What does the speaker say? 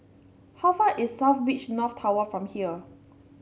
how far is South Beach North Tower from here